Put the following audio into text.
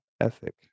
ethic